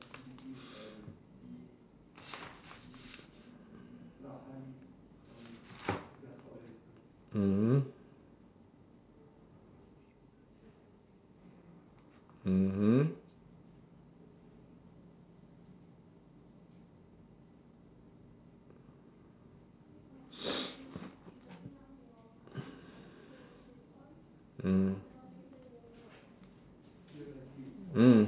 mmhmm mmhmm mm mm